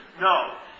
No